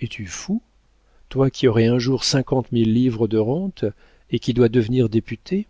es-tu fou toi qui auras un jour cinquante mille livres de rentes et qui dois devenir député